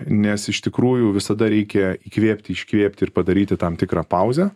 nes iš tikrųjų visada reikia įkvėpti iškvėpti ir padaryti tam tikrą pauzę